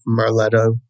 Marletto